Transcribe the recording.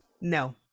no